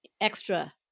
extra